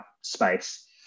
space